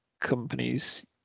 companies